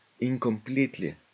incompletely